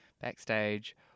backstage